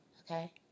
Okay